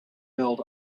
billed